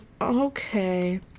okay